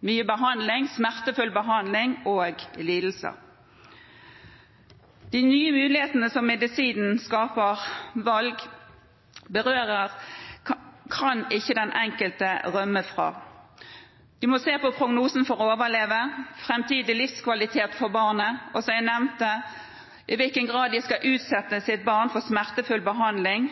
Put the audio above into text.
mye smertefull behandling og lidelse. De nye mulighetene, valgene, som medisinen skaper, kan ikke den enkelte rømme fra. Man må se på prognosen for å overleve, framtidig livskvalitet for barnet, i hvilken grad man skal utsette sitt barn for smertefull behandling